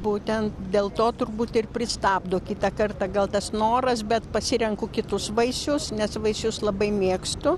būtent dėl to turbūt ir pristabdo kitą kartą gal tas noras bet pasirenku kitus vaisius nes vaisius labai mėgstu